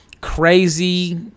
crazy